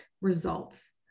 results